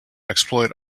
exploit